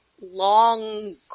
long